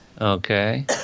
okay